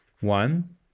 One